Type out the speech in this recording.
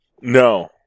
no